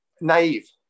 naive